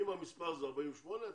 אם המספר זה 48,